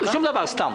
שום דבר, סתם.